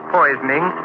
poisoning